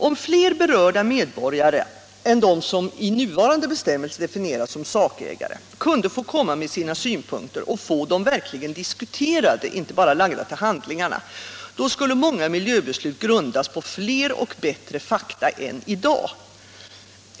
Om fler berörda medborgare än de som i nuvarande bestämmelser definieras som sakägare kunde få komma med sina synpunkter och verkligen få dem diskuterade, inte bara få dem lagda till handlingarna, då skulle många miljöbeslut grundas på fler och bättre fakta än i dag.